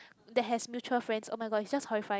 that has mutual friends oh-my-god it's just horrifying